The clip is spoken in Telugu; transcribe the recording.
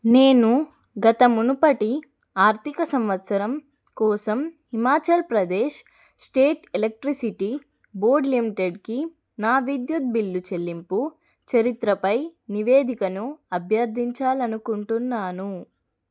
నేను గత మునుపటి ఆర్థిక సంవత్సరం కోసం Himachal Pradesh state electricity board లిమిటెడ్కి నా విద్యుత్ బిల్లు చెల్లింపు చరిత్రపై నివేదికను అభ్యర్థించాలి అనుకుంటున్నాను